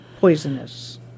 poisonous